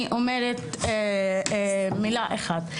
אני אומרת מילה אחת.